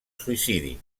suïcidi